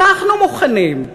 אנחנו מוכנים.